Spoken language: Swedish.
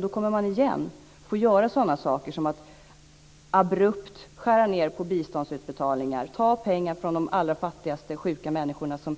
Då kommer man återigen att få göra sådant som att abrupt skära ned på biståndsutbetalningar och ta pengar från de allra fattigaste sjuka människorna, som